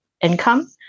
income